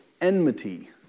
enmity